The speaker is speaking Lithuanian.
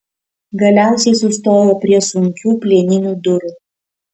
galiausiai sustojo prie sunkių plieninių durų